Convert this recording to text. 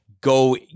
go